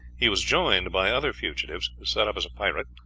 he was joined by other fugitives, set up as a pirate,